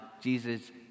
Jesus